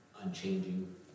unchanging